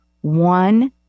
one